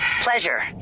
Pleasure